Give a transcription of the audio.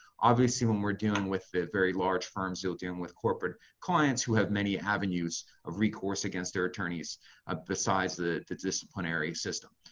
obviously when we're dealing with very large firms, dealing with corporate clients, who have many avenues of recourse against their attorneys ah besides the the disciplinary system.